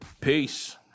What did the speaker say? Peace